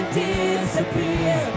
disappear